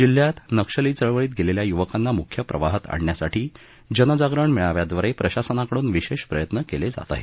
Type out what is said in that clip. जिल्ह्यात नक्षली चळवळीत गेलेल्या युवकांना मुख्य प्रवाहात आणण्यासाठी जनजागरण मेळाव्याद्वारे प्रशासनाकडून विशेष प्रयत्न केले जात आहेत